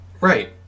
Right